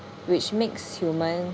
which makes human